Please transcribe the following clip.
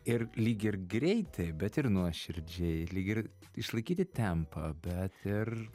ir lyg ir greitai bet ir nuoširdžiai lyg ir išlaikyti tempą bet ir